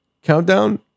Countdown